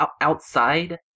outside